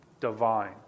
divine